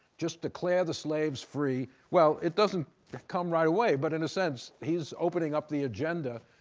just declare the salves free. well, it doesn't come right away, but in a sense, he's opening up the agenda,